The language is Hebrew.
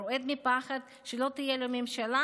הוא רועד מפחד שלא תהיה לו ממשלה,